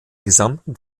gesamten